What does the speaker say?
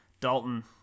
Dalton